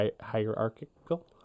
hierarchical